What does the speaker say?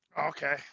Okay